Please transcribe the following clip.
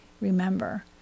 Remember